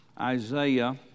Isaiah